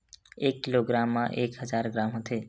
एक किलोग्राम मा एक हजार ग्राम होथे